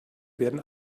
werden